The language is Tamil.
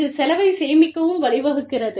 இது செலவை சேமிக்கவும் வழிவகுக்கிறது